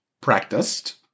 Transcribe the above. practiced